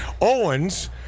Owens